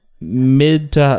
Mid